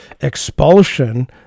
expulsion